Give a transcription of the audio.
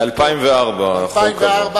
ב-2004 החוק.